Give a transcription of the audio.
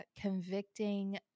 convicting